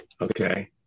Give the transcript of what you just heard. Okay